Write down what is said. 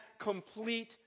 complete